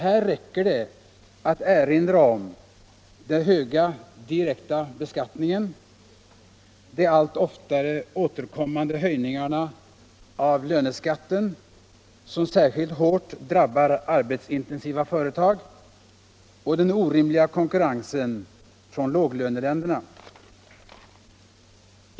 Här räcker det med att erinra om den höga direkta beskattningen, de allt oftare återkommande höjningarna av löneskatten, som särskilt hårt drabbar arbetskraftsintensiva företag, och den orimliga konkurrensen från låglöneländerna.